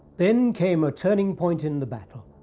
then came a turning point in the battle.